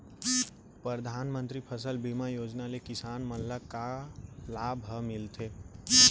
परधानमंतरी फसल बीमा योजना ले किसान मन ला का का लाभ ह मिलथे?